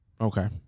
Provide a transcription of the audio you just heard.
Okay